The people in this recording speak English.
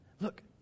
Look